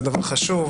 זה דבר חשוב.